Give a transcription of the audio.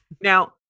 Now